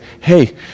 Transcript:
hey